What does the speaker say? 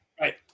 Right